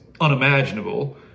unimaginable